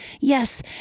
Yes